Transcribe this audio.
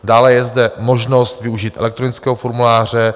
Dále je zde možnost využít elektronického formuláře.